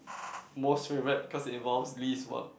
most favorite cause involves least work